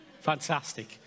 Fantastic